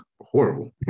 horrible